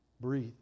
Breathe